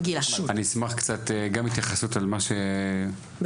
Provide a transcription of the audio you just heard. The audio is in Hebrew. אני אשמח קצת גם להתייחסות לשאלות